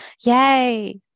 yay